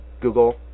Google